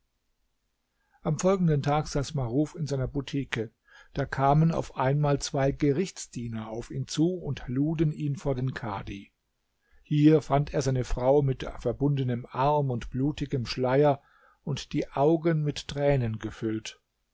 am folgenden tag saß maruf in seiner butike da kamen auf einmal zwei gerichtsdiener auf ihn zu und luden ihn vor den kadhi hier fand er seine frau mit verbundenem arm und blutigem schleier und die augen mit tränen gefüllt